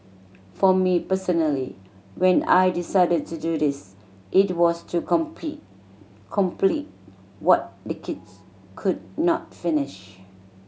for me personally when I decided to do this it was to compete complete what the kids could not finish